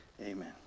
amen